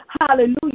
Hallelujah